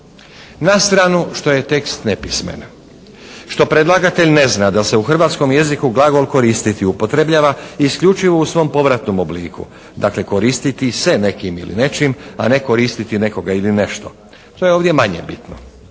Na stranu što je tekst nepismen, što predlagatelj ne zna da se u hrvatskom jeziku glagol koristiti upotrebljava isključivo u svom povratnom obliku. Dakle, koristiti se nekim ili nečim a ne koristiti nekoga ili nešto. To je ovdje manje bitno.